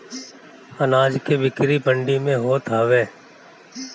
अनाज के बिक्री मंडी में होत हवे